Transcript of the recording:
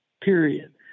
Period